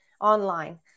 online